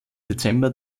dezember